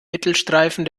mittelstreifen